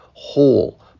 whole